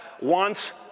wants